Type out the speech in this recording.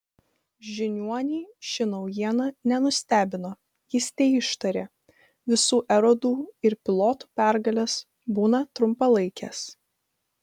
žiniuonį ši naujiena nenustebino jis teištarė visų erodų ir pilotų pergalės būna trumpalaikės